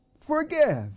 forgive